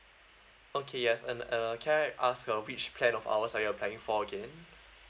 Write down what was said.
okay yes and uh can I ask uh which plan of ours are you applying for again